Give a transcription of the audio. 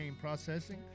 Processing